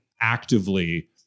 actively